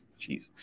Jeez